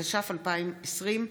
התש"ף 2020,